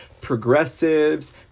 progressives